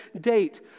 date